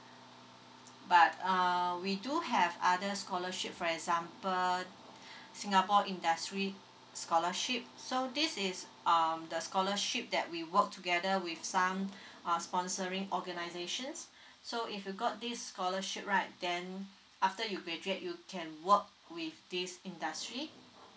but err we do have other scholarship for example singapore industry scholarship so this is um the scholarship that we work together with some uh sponsoring organisations so if you got this scholarship right then after you graduate you can work with this industry